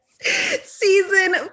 Season